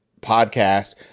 podcast